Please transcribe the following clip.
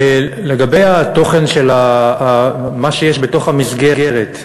לגבי התוכן של מה שיש בתוך המסגרת,